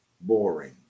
boring